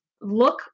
look